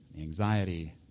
anxiety